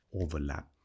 overlap